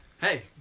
Hey